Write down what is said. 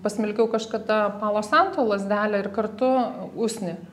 pasmilkiau kažkada palo santo lazdelę ir kartu usnį